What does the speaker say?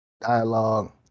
Dialogue